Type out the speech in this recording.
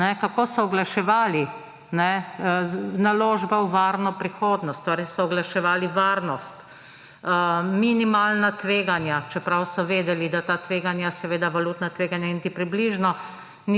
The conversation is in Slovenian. Kako so oglaševali? Naložba v varno prihodnost ‒ torej so oglaševali varnost. Minimalna tveganja, čeprav so vedeli, da ta tveganja, seveda valutna tveganja niti približno